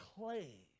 clay